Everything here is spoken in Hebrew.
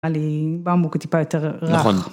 עלים, במקוק הוא טיפה יותר רך. נכון.